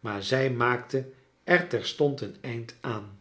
maar zij maakte er terstond een einde aan